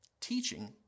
teaching